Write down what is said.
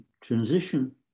transition